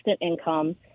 income